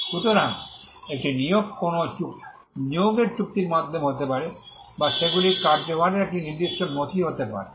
সুতরাং একটি নিয়োগ কোনও নিয়োগের চুক্তির মাধ্যমে হতে পারে বা সেগুলি কার্যভারের একটি নির্দিষ্ট নথি হতে পারে